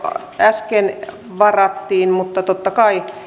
äsken varattiin mutta totta kai